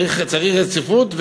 צריך רציפות,